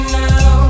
now